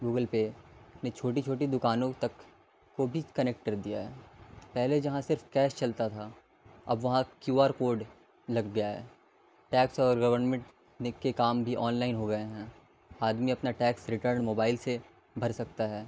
Google Pay نے چھوٹی چھوٹی دکانوں تک کو بھی کنیکٹ کر دیا ہے پہلے جہاں صرف کیش چلتا تھا اب وہاں کیو آر کوڈ لگ گیا ہے ٹیکس اور گورنمنٹ کے کام بھی آن لائن ہو گئے ہیں آدمی اپنا ٹیکس ریٹرن موبائل سے بھر سکتا ہے